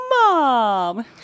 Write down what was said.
mom